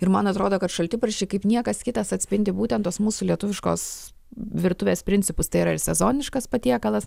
ir man atrodo kad šaltibarščiai kaip niekas kitas atspindi būtent tos mūsų lietuviškos virtuvės principus tai yra ir sezoniškas patiekalas